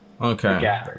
Okay